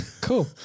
cool